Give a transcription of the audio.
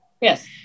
Yes